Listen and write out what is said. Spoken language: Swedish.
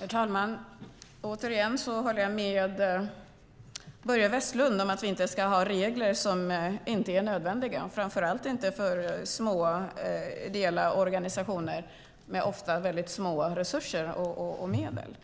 Herr talman! Återigen håller jag med Börje Vestlund om att vi inte ska ha regler som inte är nödvändiga, framför allt inte för små ideella organisationer med ofta små resurser och medel.